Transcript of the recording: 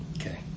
Okay